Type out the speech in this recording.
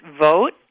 vote